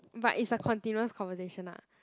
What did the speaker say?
but it's a continuous conversation ah